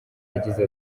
yagize